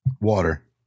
Water